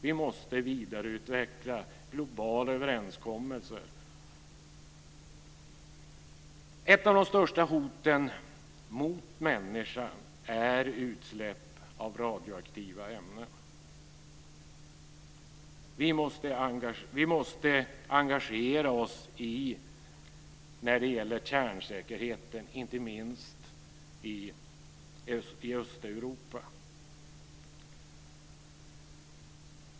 Vi måste vidareutveckla globala överenskommelser. Ett av de största hoten mot människan är utsläpp från radioaktiva ämnen. Vi måste engagera oss i frågan om kärnsäkerheten, inte minst i Östeuropa.